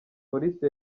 polisi